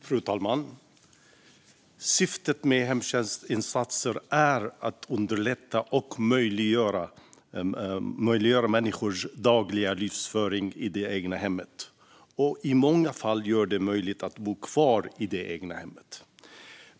Fru talman! Syftet med hemtjänstinsatser är att underlätta och möjliggöra människors dagliga livsföring i det egna hemmet - och i många fall göra det möjligt att bo kvar i det egna hemmet.